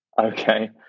okay